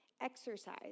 exercise